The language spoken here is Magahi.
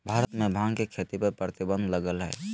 भारत में भांग के खेती पर प्रतिबंध लगल हइ